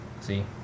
see